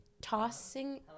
Tossing